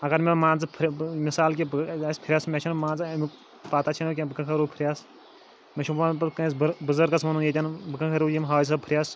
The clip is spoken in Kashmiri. اَگر مےٚ مان ژٕ فرٛے مِثال کہِ بہٕ فرٛیٚس مےٚ چھَنہٕ مان ژٕ ایٚمیُک پَتہ چھَنہٕ مےٚ کیٚنٛہہ بہٕ کٕتھ کٔنۍ روٗ فرٛیٚس مےٚ چھُ وَنُن پتہِ کٲنٛسہِ بُزَرگَس وَنُن ییٚتیٚن بہٕ کٕتھ کٔنۍ روٗ یِم حٲج صٲب فرٛیٚس